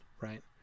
right